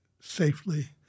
safely